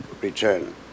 return